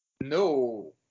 no